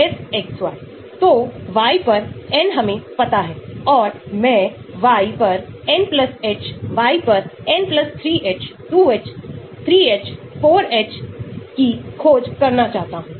यह एक ester RCOOCH3 है R कुछ भी हो सकता है और हाइड्रोलिसिस का मतलब है कि पानी कार्य कर रहा है तो आपको एक उत्प्रेरक अथवा ऐसा कुछ चाहिए जिससे यह RCOOH CH3OH बन जाए जो मेथनॉल मिथाइल अल्कोहल है